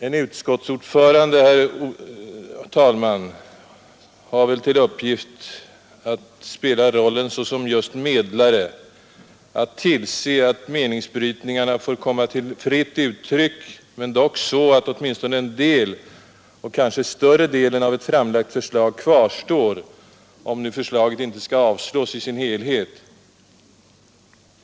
En utskottsordförande har väl till uppgift att spela rollen som just medlare — att tillse att meningsbrytningarna får komma till fritt uttryck men dock så att åtminstone en:del, och kanske större delen, av ett framlagt förslag kvarstår, om förslaget nu inte skall avslås i sin helhet.